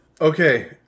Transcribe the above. okay